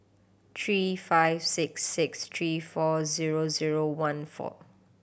three five six six three four zero zero one four